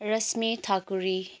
Rashmi Thakuri